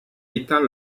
étant